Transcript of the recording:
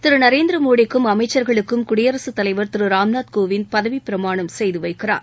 திரு நரேந்திரமோடிக்கும் அமைச்சர்களுக்கும் குடியரசுத் தலைவர் திரு ராம்நாத் கோவிந்த் பதவிப்பிரமாணம் செய்து வைக்கிறார்